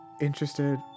interested